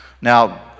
Now